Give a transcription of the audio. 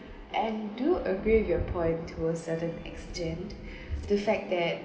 and do agree with your point to a certain extent the fact that